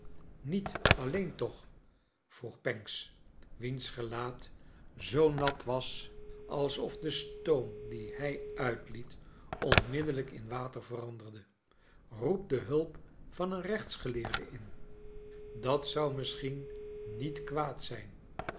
niet alleen toch vroeg pancks r wiens gelaat zoo nat was als of de stoom dien hij uitliet onmiddellijk in water veranderde poep de hulp van een rechtsgeleerde in dat zou misschien niet kwaad zijn